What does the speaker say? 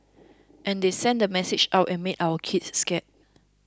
and they send the message out and make our kids scared